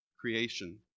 creation